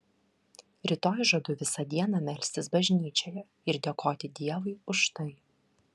rytoj žadu visą dieną melstis bažnyčioje ir dėkoti dievui už tai